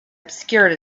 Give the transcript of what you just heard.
obscured